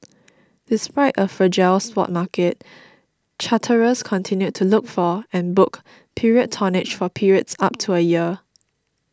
despite a fragile spot market charterers continued to look for and book period tonnage for periods up to a year